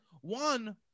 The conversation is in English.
one